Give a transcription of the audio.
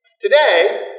Today